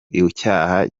icyaha